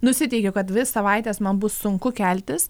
nusiteikiu kad dvi savaites man bus sunku keltis